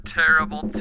terrible